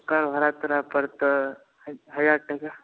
ओकर भाड़ा तोरा पड़तौ हजार टाका